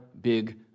big